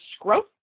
growth